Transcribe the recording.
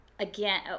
Again